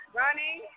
running